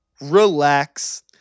relax